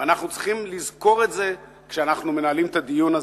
ואנחנו צריכים לזכור את זה כשאנחנו מנהלים את הדיון הזה.